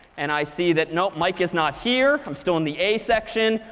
and i see that no, mike is not here. i'm still in the a section.